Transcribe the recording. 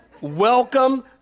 Welcome